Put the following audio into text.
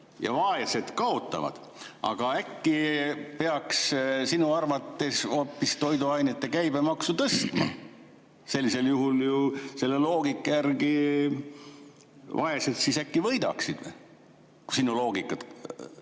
ja vaesed kaotavad, siis äkki peaks sinu arvates hoopis toiduainete käibemaksu tõstma? Sellisel juhul vaesed siis äkki võidaksid, kui sinu loogikat